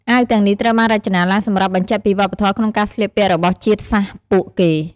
អាវទាំងនេះត្រូវបានរចនាឡើងសម្រាប់បញ្ជាក់ពីវប្បធម៌ក្នុងការស្លៀកពាក់របស់ជាតិសាសន៍ពួកគេ។